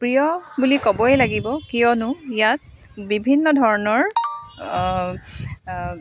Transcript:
প্ৰিয় বুলি ক'বই লাগিব কিয়নো ইয়াত বিভিন্ন ধৰণৰ